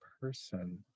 person